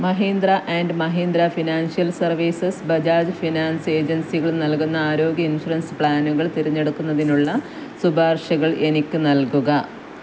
Mahindra and Mahindra financial services Bajaj finance ഏജൻസികൾ നൽകുന്ന ആരോഗ്യ ഇൻഷുറൻസ് പ്ലാനുകൾ തിരഞ്ഞെടുക്കുന്നതിനുള്ള ശുപാർശകൾ എനിക്ക് നൽകുക